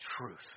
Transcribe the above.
truth